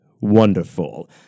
wonderful